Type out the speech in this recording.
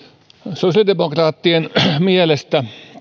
sosiaalidemokraattien mielestä